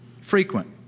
frequent